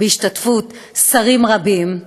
בהשתתפות שרים רבים,